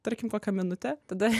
tarkim kokią minutę tada